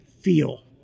feel